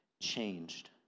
changed